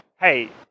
hey